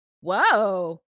whoa